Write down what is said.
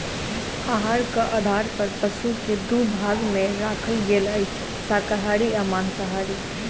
आहारक आधार पर पशु के दू भाग मे राखल गेल अछि, शाकाहारी आ मांसाहारी